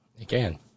again